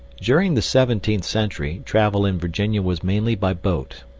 during the seventeenth century, travel in virginia was mainly by boat.